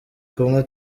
kumwe